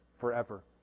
forever